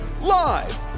live